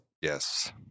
Yes